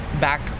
back